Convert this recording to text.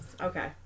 Okay